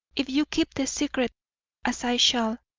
if you keep the secret as i shall,